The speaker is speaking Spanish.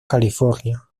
california